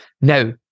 Now